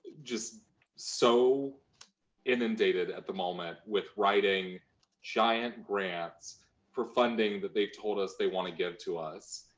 just so inundated at the moment with writing giant grants for funding that they've told us they wanna give to us.